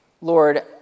Lord